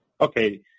okay